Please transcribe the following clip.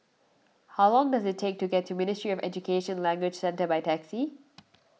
how long does it take to get to Ministry of Education Language Centre by taxi